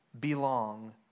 belong